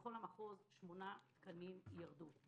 שבכל המחוז שמונה תקנים ירדו.